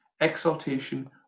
exaltation